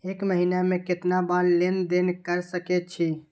एक महीना में केतना बार लेन देन कर सके छी?